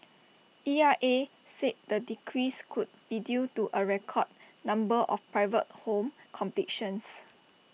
E R A said the decrease could be due to A record number of private home completions